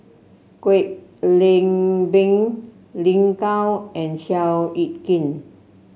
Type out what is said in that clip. Kwek Leng Beng Lin Gao and Seow Yit Kin